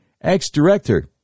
ex-director